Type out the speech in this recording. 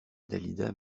dalida